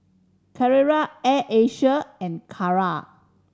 Carrera Air Asia and Kara